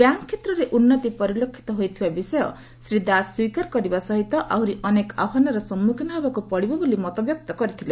bank କ୍ଷେତ୍ରରେ ଉନ୍ନତି ପରିଲକ୍ଷିତ ହୋଇଥିବା ବିଷୟ ଶ୍ରୀ ଦାଶ ସ୍ୱୀକାର କରିବା ସହିତ ଆହୁରି ଅନେକ ଆହ୍ୱାନର ସମ୍ମୁଖୀନ ହେବାକୁ ପଡ଼ିବ ବୋଲି ସେ ମତବ୍ୟକ୍ତ କରିଥିଲେ